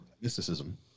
mysticism